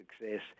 success